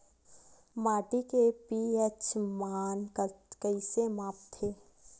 माटी के पी.एच मान कइसे मापथे?